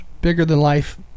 bigger-than-life